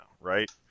Right